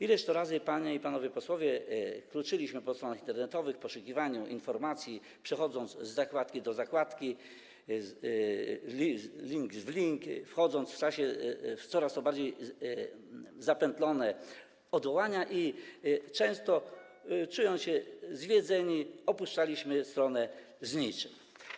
Ileż to razy, panie i panowie posłowie, kluczyliśmy po stronach internetowych w poszukiwaniu informacji, przechodząc z zakładki do zakładki, z linku w link, wchodząc w coraz to bardziej zapętlone odwołania, i często, czując się zwiedzeni, opuszczaliśmy stronę z niczym.